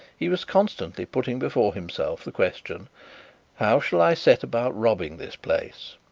he was constantly putting before himself the question how shall i set about robbing this place?